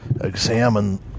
examine